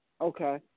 Okay